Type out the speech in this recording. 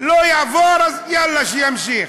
לא יעבור, אז יאללה, שימשיך.